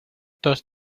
dos